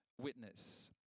witness